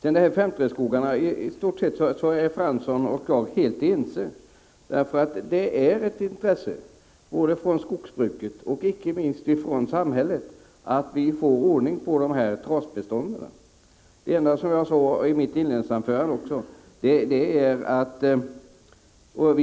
När det gäller 5:3-skogarna vill jag säga att Jan Fransson och jag i stort sett är ense. Det är ett intresse för både skogsbruket och samhället icke minst att vi får ordning på dessa trossbestånd. Vi